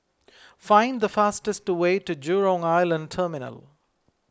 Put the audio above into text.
find the fastest way to Jurong Island Terminal